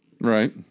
Right